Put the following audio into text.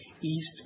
East